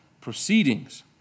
proceedings